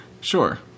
Sure